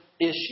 issue